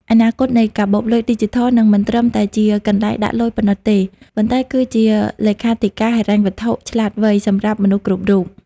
អនាគតនៃកាបូបលុយឌីជីថល នឹងមិនត្រឹមតែជាកន្លែងដាក់លុយប៉ុណ្ណោះទេ ប៉ុន្តែគឺជា "លេខាធិការហិរញ្ញវត្ថុឆ្លាតវៃ" សម្រាប់មនុស្សគ្រប់រូប។